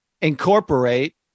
incorporate